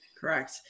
Correct